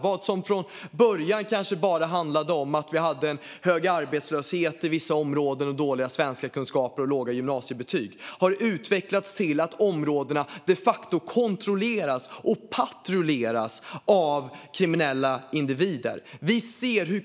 Vad som från början kanske bara handlade om hög arbetslöshet i vissa områden, dåliga kunskaper i svenska och låga gymnasiebetyg har utvecklats till att områdena de facto kontrolleras och patrulleras av kriminella individer.